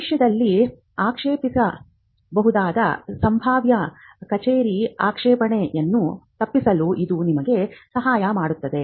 ಭವಿಷ್ಯದಲ್ಲಿ ಆಕ್ಷೇಪಿಸಬಹುದಾದ ಸಂಭಾವ್ಯ ಕಚೇರಿ ಆಕ್ಷೇಪಣೆಗಳನ್ನು ತಪ್ಪಿಸಲು ಇದು ನಿಮಗೆ ಸಹಾಯ ಮಾಡುತ್ತದೆ